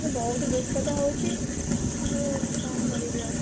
ସେ ବହୁତ ଦୁଷ୍ଟ ତ ହେଉଛି କିନ୍ତୁ କ'ଣ କରିବି ଆଉ